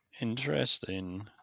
Interesting